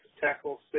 tackle